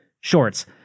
shorts